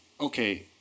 okay